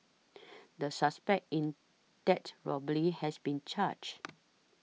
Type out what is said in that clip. the suspect in that robbery has been charged